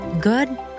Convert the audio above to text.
good